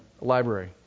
library